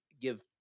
give